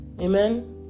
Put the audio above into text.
Amen